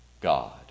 God